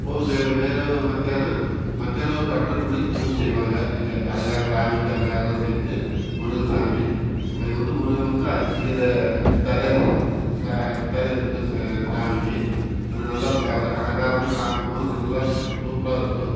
போய் மே மேலே மத்தியானம் மத்தியானம் ஒரு பன்னெண்டு மணிக்கு பூஜை செய்வாங்க அங்கே அழகா சாமிக்கு அலங்காரம் செஞ்சு முருகன் சாமி அது வந்து முருகன் வந்து அஞ்சு சில அஞ்சு தலை ச ச அஞ்சு தலை இருக்கும் சாமிக்கு அந்த நல்ல ப அலங்காரல்லாம் பார்க்கும் போது நல்லா சூ சூப்பராக இருக்கும்